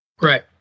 right